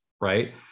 right